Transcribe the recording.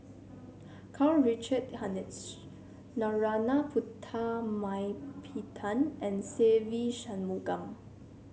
Karl Richard Hanitsch Narana Putumaippittan and Se Ve Shanmugam